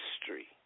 history